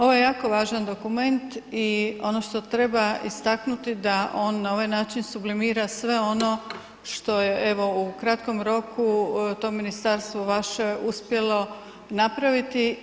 Ovo je jako važan dokument i ono što treba istaknuti da on na ovaj način sublimira sve ono što je evo u kratkom roku to ministarstvo vaše uspjelo napraviti.